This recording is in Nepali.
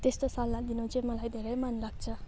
त्यस्तो सल्लाह दिनु चाहिँ मलाई धेरै मनलाग्छ